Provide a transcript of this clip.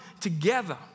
together